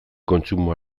kontsumo